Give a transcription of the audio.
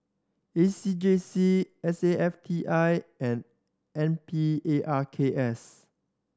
A C J C S A F T I and N Parks